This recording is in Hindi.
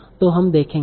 तो हम देखेंगे